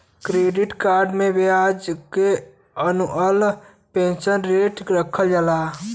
credit cards के ब्याज के एनुअल परसेंटेज रेट रखल जाला